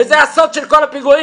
וזה הסוד של כל הפיגועים,